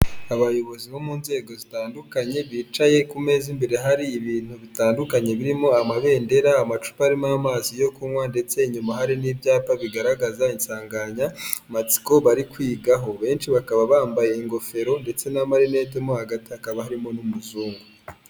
Abayobozi bo mu nzego zitandukanye bicaye ku meza imbere hari ibintu bitandukanye birimo amabendera, amacupa arimo amazi yo kunywa ndetse inyuma hari n'ibyapa bigaragaza insanganyamatsiko bari kwigaho benshi bakaba bambaye ingofero ndetse n'amarinete mo hagati hakaba harimo n'umuzungu.